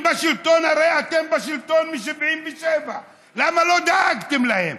הרי אתם בשלטון מ-1977, אז למה לא דאגתם להם?